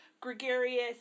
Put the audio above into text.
gregarious